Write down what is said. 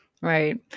Right